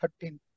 13